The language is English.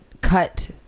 cut